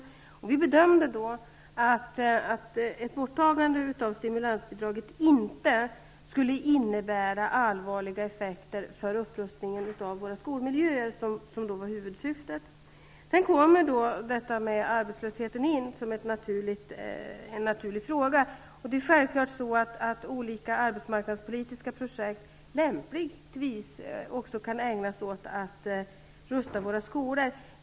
I det trängda ekonomiska läget bedömde vi då att ett borttagande av stimulansbidraget inte skulle innebära allvarliga effekter för upprustningen av våra skolmiljöer, som var huvudsyftet med bidraget. Sedan kommer då detta med arbetslösheten in som en naturlig sak. Självfallet kan olika arbetsmarknadspolitiska projekt lämpligtvis också ägnas åt att rusta våra skolor.